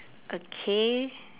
okay